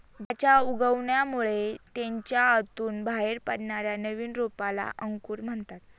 बियांच्या उगवणामुळे त्याच्या आतून बाहेर पडणाऱ्या नवीन रोपाला अंकुर म्हणतात